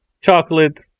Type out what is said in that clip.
chocolate